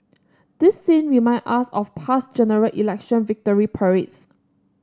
this scene remind us of past General Election victory parades